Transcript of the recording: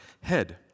head